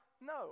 No